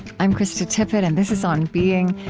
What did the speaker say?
i'm krista tippett, and this is on being.